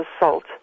assault